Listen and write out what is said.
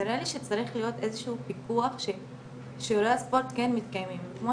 נראה לי שצריך להיות איזשהו פיקוח ששיעורי הספורט כן מתקיימים כמו